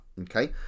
okay